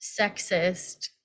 sexist